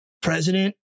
President